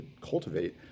cultivate